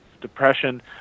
depression